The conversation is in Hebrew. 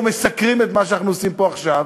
או מסקרים את מה שאנחנו עושים פה עכשיו,